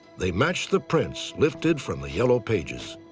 they matched the prints lifted from the yellow pages.